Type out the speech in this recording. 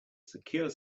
secure